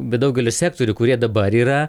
be daugelio sektorių kurie dabar yra